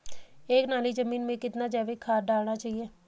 एक नाली जमीन में कितना जैविक खाद डालना चाहिए?